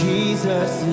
Jesus